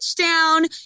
Touchdown